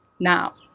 now,